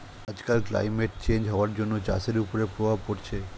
আজকাল climate change হওয়ার জন্য চাষের ওপরে প্রভাব পড়ছে